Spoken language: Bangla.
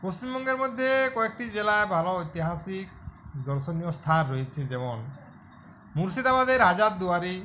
পশ্চিমবঙ্গের মধ্যে কয়েকটি জেলা ভালো ঐতিহাসিক দর্শনীয় স্থান রয়েছে যেমন মুর্শিদাবাদের হাজার দুয়ারী